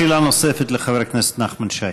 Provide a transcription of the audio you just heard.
שאלה נוספת לחבר הכנסת נחמן שי.